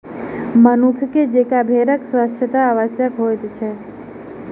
मनुखे जेंका भेड़क स्वच्छता आवश्यक होइत अछि